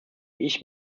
ich